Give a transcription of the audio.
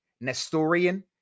Nestorian